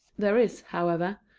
there is, however,